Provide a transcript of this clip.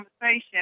conversation